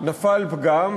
נפל פגם,